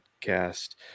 cast –